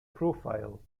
profile